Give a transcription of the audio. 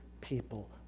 people